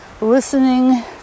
listening